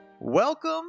Welcome